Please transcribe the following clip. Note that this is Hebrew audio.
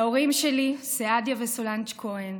להורים שלי סעדיה וסולנג' כהן,